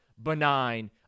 benign